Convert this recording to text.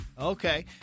Okay